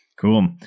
Cool